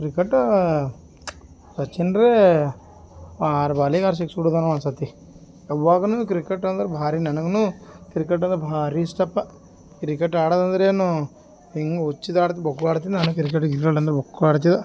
ಕ್ರಿಕೆಟಾ ಸಚಿನ್ ರೇ ಆರು ಬಾಲೀಗೆ ಆರು ಸಿಕ್ಸ್ ಹೊಡ್ದಾನೊ ಒನ್ಸತಿ ಯವ್ವಾಗ ಕ್ರಿಕೆಟ್ ಅಂದರೆ ಭಾರಿ ನನ್ಗು ಕ್ರಿಕೆಟ್ ಅಂದ್ರೆ ಭಾರಿ ಇಷ್ಟಪ್ಪ ಕ್ರಿಕೆಟ್ ಆಡದಂದ್ರೇ ಹಿಂಗೆ ಹುಚ್ದ್ ಆಡ್ತ ಬೊಗ್ಬಾರ್ದ್ ಆಡ್ತಿದ ನಾನು ಕ್ರಿಕೆಟ್ ಗಿಕೆಟ್ ಅಂದ್ರೆ ಬೊಕ್ಕು ಆಡ್ತಿದೋ